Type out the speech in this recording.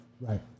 right